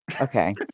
Okay